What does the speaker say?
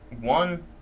one